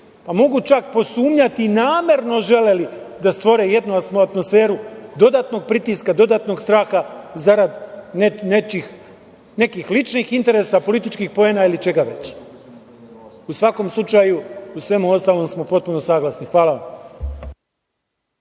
su, mogu čak posumnjati, da su namerno želeli da stvore jednu atmosferu dodatnog pritiska, dodatnog straha, zarad nekih ličnih interesa, političkih poena, ili čega već. U svakom slučaju, u svemu ostalom smo potpuno saglasni. Hvala.